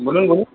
বলুন বলুন